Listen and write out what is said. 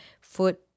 foot